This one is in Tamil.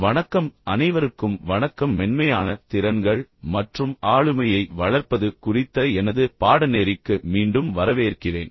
வணக்கம் அனைவருக்கும் வணக்கம் மென்மையான திறன்கள் மற்றும் ஆளுமையை வளர்ப்பது குறித்த எனது பாடநெறிக்கு மீண்டும் வரவேற்கிறேன்